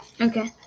Okay